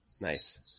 nice